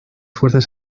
fuerzas